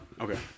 Okay